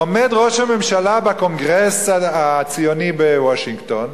עומד ראש הממשלה בקונגרס הציוני בוושינגטון,